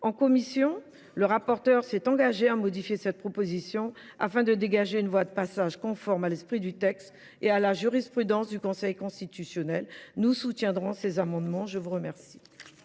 En commission, le rapporteur s’est engagé à modifier cette disposition, afin de dégager une voie de passage conforme à l’esprit du texte et à la jurisprudence du Conseil constitutionnel. Nous soutiendrons ces amendements. La parole